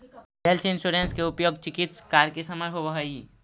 health insurance के उपयोग चिकित्स कार्य के समय होवऽ हई